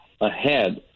ahead